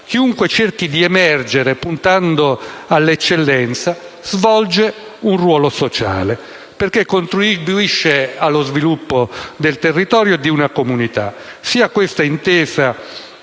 chiunque cerchi di emergere puntando all'eccellenza svolge un ruolo sociale, perché contribuisce allo sviluppo del territorio e di una comunità, sia questa intesa